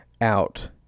out